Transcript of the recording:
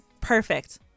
perfect